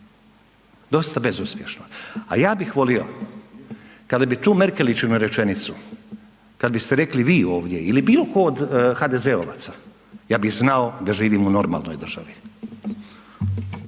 dosta bezuspješno. A ja bih volio kada bi tu Merkeličinu rečenicu, kada biste rekli vi ovdje ili bilo ko od HDZ-ovaca ja bih znao da živimo u normalnoj državi.